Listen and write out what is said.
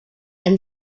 and